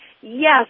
Yes